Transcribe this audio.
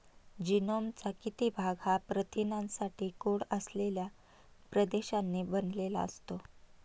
जीनोमचा किती भाग हा प्रथिनांसाठी कोड असलेल्या प्रदेशांनी बनलेला असतो?